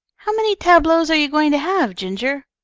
how many tableaux are you going to have, ginger?